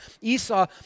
Esau